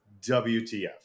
WTF